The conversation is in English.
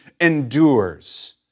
endures